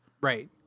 Right